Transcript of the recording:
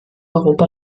europa